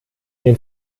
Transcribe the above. den